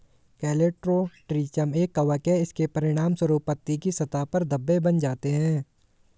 Colletotrichum एक कवक है, इसके परिणामस्वरूप पत्ती की सतह पर धब्बे बन जाते हैं